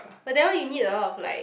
but that one you need a lot of like